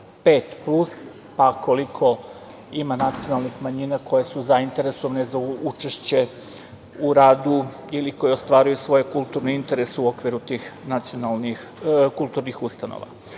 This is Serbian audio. plus, pa koliko ima nacionalnih manjina koje su zainteresovane za učešće u radu ili koje ostvaruju svoje kulturne interese u okviru tih kulturnih ustanova. Znači,